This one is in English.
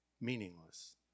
meaningless